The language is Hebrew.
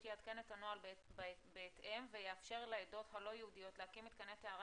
יעדכן את הנוהל בהתאם ויאפשר לעדות הלא-יהודיות להקים מתקני טהרה